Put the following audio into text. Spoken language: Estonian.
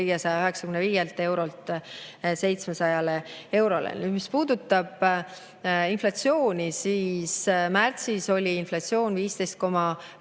595 eurolt 700 eurole. Mis puudutab inflatsiooni, siis märtsis oli inflatsioon 15,3%.